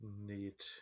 neat